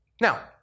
Now